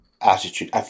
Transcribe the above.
attitude